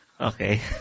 Okay